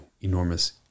enormous